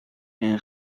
این